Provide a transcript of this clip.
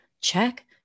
check